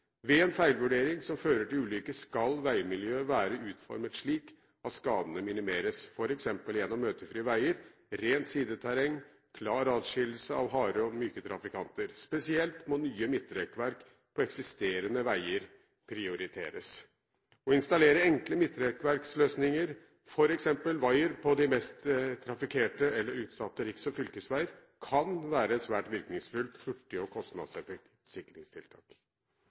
Ved en feilvurdering som fører til ulykke, skal veimiljøet være utformet slik at skadene minimeres, f.eks. gjennom møtefrie veier, rent sideterreng, klar adskillelse av harde og myke trafikanter. Spesielt må nye midtrekkverk på eksisterende veier prioriteres. Å installere enkle midtrekkverksløsninger, f.eks. wire på de mest trafikkerte eller utsatte riks- og fylkesveier, kan være et svært virkningsfullt,